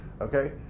okay